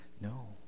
No